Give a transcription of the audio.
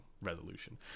resolution